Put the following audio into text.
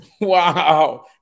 Wow